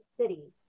city